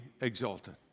exalted